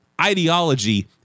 ideology